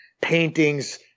paintings